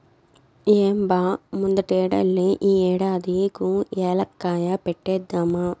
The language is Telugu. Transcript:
ఏం బా ముందటేడల్లే ఈ ఏడాది కూ ఏలక్కాయ పంటేద్దామా